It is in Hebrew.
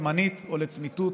זמנית או לצמיתות,